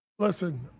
Listen